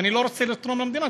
ואני לא רוצה לתרום למדינה,